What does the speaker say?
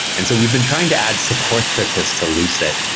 and so we've been trying to add support for this to lose it,